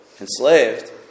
enslaved